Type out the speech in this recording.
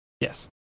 Yes